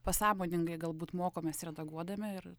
pasąmoningai galbūt mokomės redaguodami ir